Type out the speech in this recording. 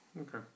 Okay